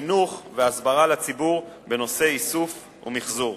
לחינוך והסברה לציבור בנושא איסוף ומיחזור.